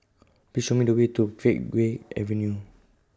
Please Show Me The Way to Pheng Geck Avenue